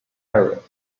areas